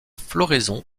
floraison